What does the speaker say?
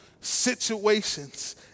situations